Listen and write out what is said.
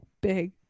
big